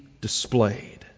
displayed